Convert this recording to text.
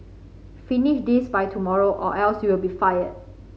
finish this by tomorrow or else you'll be fired